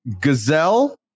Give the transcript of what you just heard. gazelle